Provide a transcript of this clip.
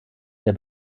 der